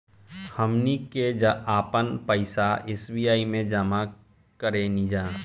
हमनी के आपन पइसा एस.बी.आई में जामा करेनिजा